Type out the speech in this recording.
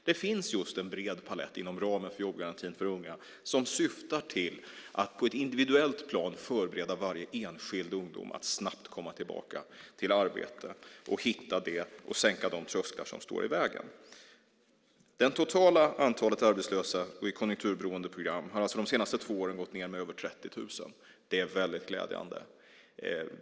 Det finns en bred palett inom ramen för jobbgarantin för unga som syftar till att på ett individuellt plan förbereda varje enskild ungdom för att snabbt komma tillbaka till arbete, hitta det och sänka de trösklar som står i vägen. Det totala antalet arbetslösa och personer i konjunkturberoende program har alltså de senaste två åren gått ned med över 30 000. Det är väldigt glädjande.